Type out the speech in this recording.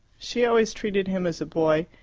she always treated him as a boy,